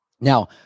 Now